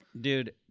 Dude